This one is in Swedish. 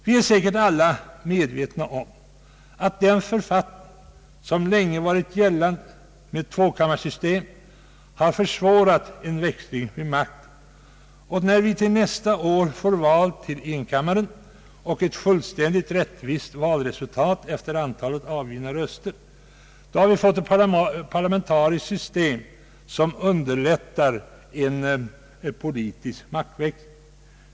Vi är säkert alla medvetna om att den författning som länge varit gällande angående tvåkammarsystemet har försvårat en maktväxling. När vi nästa år väljer ledamöter till enkammarriksdagen och det blir ett fullständigt rättvist valresultat efter antalet avgivna röster, har vi fått ett parlamentariskt system som underlättar en politisk maktväxling.